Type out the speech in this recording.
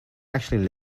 actually